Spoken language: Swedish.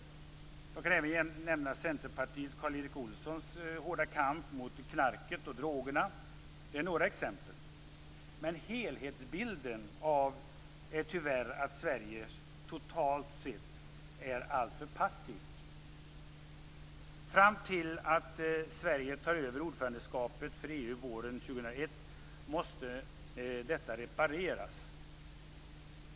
Jag kan även nämna centerpartisten Karl-Erik Olssons hårda kamp mot knark och droger. Det är några exempel. Men helhetsbilden är tyvärr att Sverige totalt sett är alltför passivt. Fram till dess att Sverige tar över ordförandeskapet för EU, våren 2001, måste detta repareras.